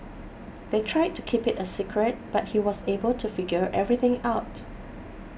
they tried to keep it a secret but he was able to figure everything out